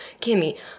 Kimmy